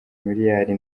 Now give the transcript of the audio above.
miliyari